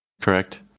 correct